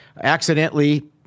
Accidentally